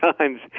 times